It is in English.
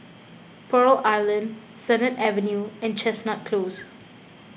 Pearl Island Sennett Avenue and Chestnut Close